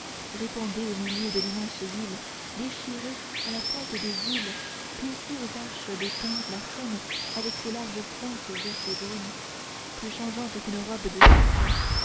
répandez au milieu de l'immense ville déchirez à la pointe des îles plissez aux arches des ponts la seine avec ses larges flaques vertes et jaunes plus changeante qu'une robe de serpent